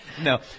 No